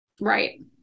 Right